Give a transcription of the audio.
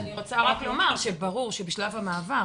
ברור שבשלב המעבר,